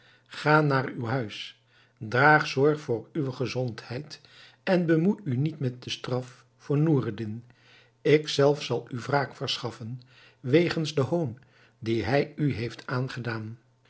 ga naar uw huis draag zorg voor uwe gezondheid en bemoei u niet met de straf voor noureddin ik zelf zal u wraak verschaffen wegens den hoon dien hij u heeft aangedaan